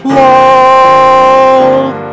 love